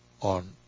On